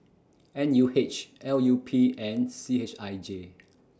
N U H L U P and C H I J